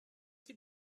die